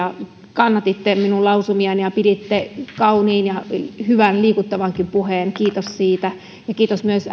kannatitte minun lausumiani ja piditte kauniin ja hyvän liikuttavankin puheen kiitos siitä kiitos myös